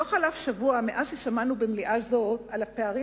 לא חלף שבוע מאז שמענו במליאה זו על הפערים